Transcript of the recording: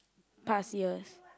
past years